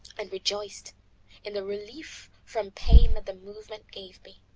and rejoiced in the relief from pain that the movement gave me.